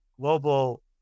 global